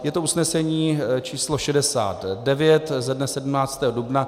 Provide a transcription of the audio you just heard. Je to usnesení číslo 69 ze dne 17. dubna.